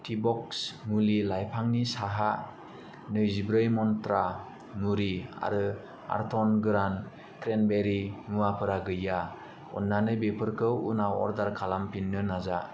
टिब'क्स मुलि लाइफांनि साहा नैजिब्रै मन्त्रा मुरि आरो आर्थन गोरान क्रेनबेरि मुवाफोरा गैया अननानै बेफोरखौ उनाव अर्डार खालामफिननो नाजा